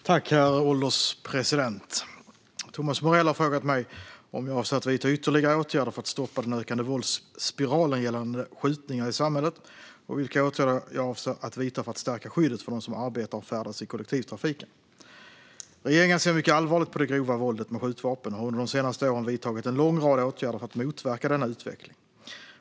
Herr ålderspresident! Thomas Morell har frågat mig om jag avser att vidta ytterligare åtgärder för att stoppa den ökande våldsspiralen gällande skjutningar i samhället och vilka åtgärder jag avser att vidta för att stärka skyddet för dem som arbetar och färdas i kollektivtrafiken. Regeringen ser mycket allvarligt på det grova våldet med skjutvapen och har under de senaste åren vidtagit en lång rad åtgärder för att motverka denna utveckling.